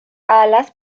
alas